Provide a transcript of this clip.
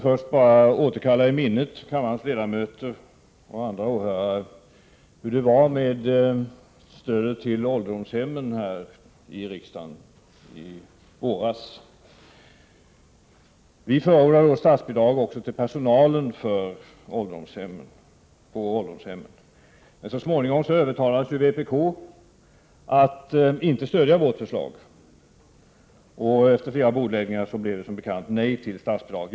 Fru talman! Jag vill först be kammarens ledamöter och andra åhörare att återkalla i minnet hur det var här i riksdagen i våras med stödet till ålderdomshemmen. Vi förordade då statsbidrag också för personalen på ålderdomshemmen. Men så småningom övertalades ju vpk att inte stödja vårt förslag. Efter flera bordläggningar blev det som bekant nej till statsbidrag.